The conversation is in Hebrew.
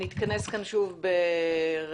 נתכנס כאן שוב ב-13:45.